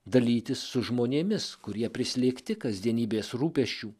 dalytis su žmonėmis kurie prislėgti kasdienybės rūpesčių